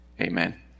Amen